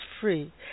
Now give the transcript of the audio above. free